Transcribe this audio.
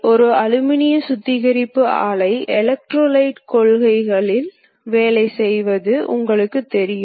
எனவே அது மிகச் சிறிய அடிப்படை நீள அலகுகள் என்று அழைக்கப்படுகிறது பொதுவாக இவை அனைத்தையும் அடிப்படை நீள அலகுகளால் கூற முடியும்